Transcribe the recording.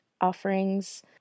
offerings